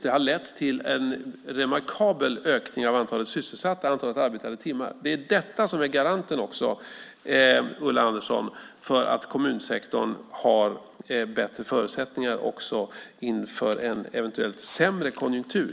Det har lett till en remarkabel ökning av antalet sysselsatta och antalet arbetade timmar. Det är detta som är garanten, Ulla Andersson, för att kommunsektorn har bättre förutsättningar också inför en eventuellt sämre konjunktur.